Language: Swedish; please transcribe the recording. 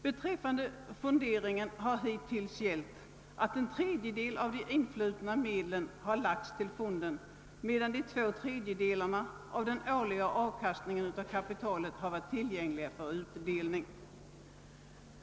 Beträffande fonderingen har hittills gällt att en tredjedel av de influtna medlen levererats till fonden medan två tredjedelar av den årliga avkastningen på kapitalet varit tillgängliga för utdelning.